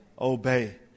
obey